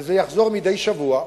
וזה יחזור מדי שבוע,